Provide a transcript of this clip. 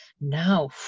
now